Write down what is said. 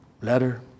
letter